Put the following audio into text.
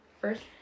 first